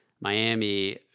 Miami